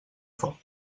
foc